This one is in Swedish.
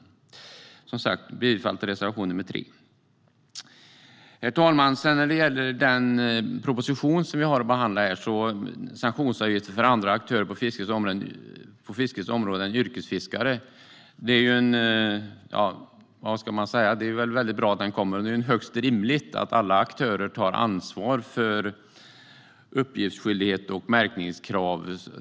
Som sagt: Jag yrkar bifall till reservation nr 3. Herr talman! Den proposition som vi har att behandla här om sanktionsavgifter för andra aktörer på fiskets område och yrkesfiskare, ja, vad ska man säga om den? Det är väl bra att propositionen kommer nu. Det är högst rimligt att alla andra aktörer tar ansvar för uppgiftsskyldighet och märkningskrav.